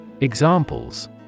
Examples